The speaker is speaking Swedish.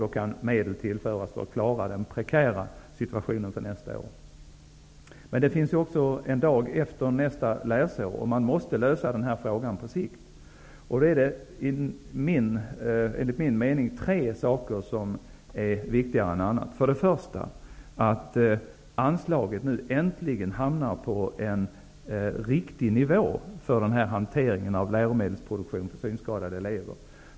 Då kan medel tillföras för att klara den prekära situationen för nästa år. Men det finns ju också en dag efter nästa läsår. Man måste lösa den här frågan på sikt. Enligt min mening finns det tre saker som är viktigare än andra. För det första måste anslaget nu äntligen hamna på en riktig nivå för hanteringen av läromedelsproduktion för synskadade elever.